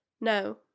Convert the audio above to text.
No